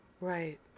Right